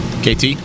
KT